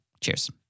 Cheers